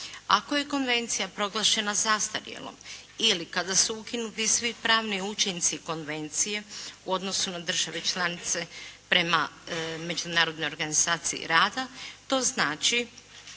Ako je konvencija proglašena zastarjelom ili kada su ukinuti svi pravni učinci konvencije u odnosu na države članice prema Međunarodnoj organizaciji rada to znači